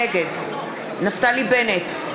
נגד נפתלי בנט,